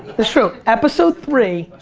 it's true. episode three,